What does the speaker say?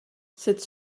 cette